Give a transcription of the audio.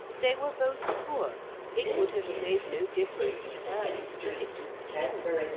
they were both poor it would have made no difference to her, but it did to him.